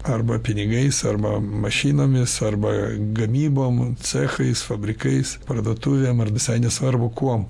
arba pinigais arba mašinomis arba gamybom cechais fabrikais parduotuvėm ar visai nesvarbu kuom